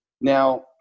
Now